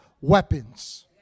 weapons